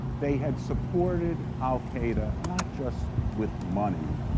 they had supported al-qaeda, not just with money,